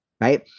right